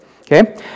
okay